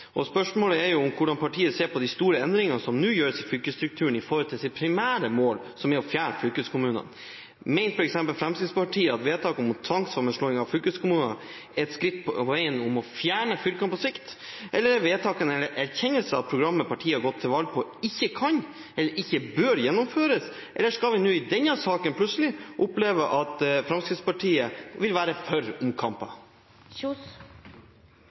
og spørsmålet er hvordan partiet ser på de store endringene som nå gjøres i fylkesstrukturen, i forhold til deres primære mål, som er å fjerne fylkeskommunen. Mener Fremskrittspartiet f.eks. at vedtaket om tvangssammenslåing av fylkeskommuner er et skritt på veien til å fjerne fylkene på sikt, eller er vedtaket en erkjennelse av at programmet partiet har gått til valg på, ikke kan eller bør gjennomføres, eller skal vi nå i denne saken plutselig oppleve at Fremskrittspartiet vil være for